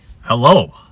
hello